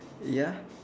ya